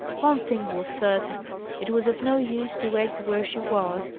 one thing was certain it was of no use to wait where she was,